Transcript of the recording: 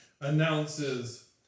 announces